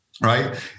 right